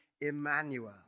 Emmanuel